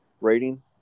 rating